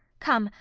come,